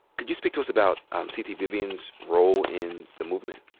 can you speak to us about um c. t. vivian's role in the movement?